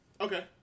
Okay